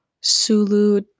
Sulu